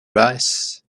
race